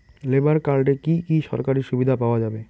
Labour কার্ডে কি কি সরকারি সুবিধা পাওয়া যাবে?